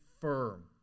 firm